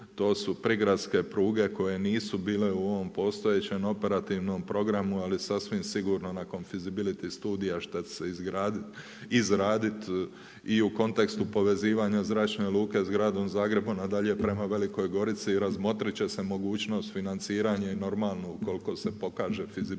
to su prigradske pruge koje nisu bile u ovom postojećem operativnom programu. Ali sasvim sigurno nakon Feasibility studija šta će se izgradit, izradit i u kontekstu povezivanja zračne luke s gradom Zagrebom, a dalje prema Velikoj Gorici razmotrit će se mogućnost financiranje i normalno ukoliko se pokaže fizibilnost tih